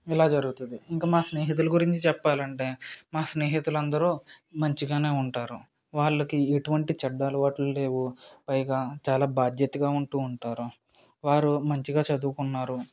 ఇలా జరుగుతుంది ఇంకా మా స్నేహితుల గురించి చెప్పాలంటే మా స్నేహితులు అందరు మంచిగా ఉంటారు వాళ్ళకి ఎటువంటి చెడ్డ అలవాట్లు లేవు పైగా చాలా బాధ్యతగా ఉంటు ఉంటారు వారు మంచిగా చదువుకున్నారు